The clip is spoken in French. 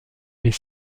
mais